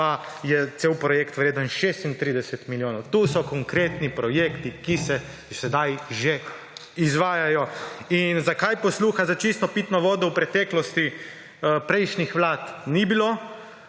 pa je cel projekt vreden 36 milijonov. To so konkretni projekti, ki se sedaj že izvajajo. Zakaj posluha za čisto pitno vodo v preteklosti prejšnjih vlad ni bilo,